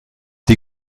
die